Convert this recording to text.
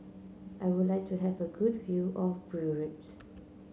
I would like to have a good view of Beirut